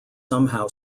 somehow